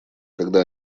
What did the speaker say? когда